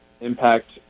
impact